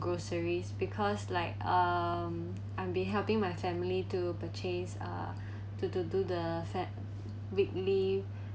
groceries because like um I'm be helping my family to purchase uh to to do the set~ weekly